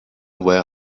where